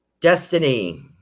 Destiny